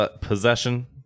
possession